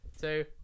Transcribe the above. two